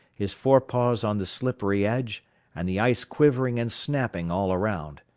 his fore paws on the slippery edge and the ice quivering and snapping all around.